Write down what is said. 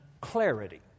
clarity